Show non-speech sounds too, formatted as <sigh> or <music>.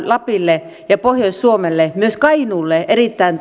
lapille ja pohjois suomelle ja myös kainuulle erittäin <unintelligible>